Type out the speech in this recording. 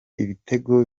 ibitego